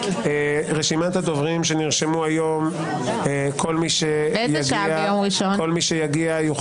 רשימת הדוברים שנרשמו היום כל מי שיגיע -- באיזו שעה ביום ראשון?